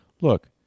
Look